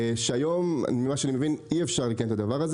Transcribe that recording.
היום אי אפשר לעשות את זה,